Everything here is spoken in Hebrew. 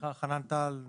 חנן טל,